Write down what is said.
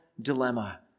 dilemma